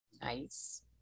Nice